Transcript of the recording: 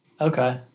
Okay